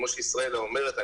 כמו שישראלה אומרת,